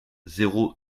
zéro